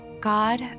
God